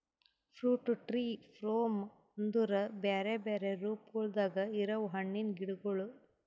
fruit tree form ಅಂದುರ್ ಬ್ಯಾರೆ ಬ್ಯಾರೆ ರೂಪಗೊಳ್ದಾಗ್ ಇರವು ಹಣ್ಣಿನ ಗಿಡಗೊಳ್